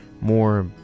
more